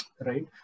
Right